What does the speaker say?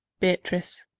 beatrice.